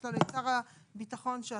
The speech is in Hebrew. יש לנו את שר הביטחון שהוא